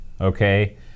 okay